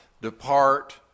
depart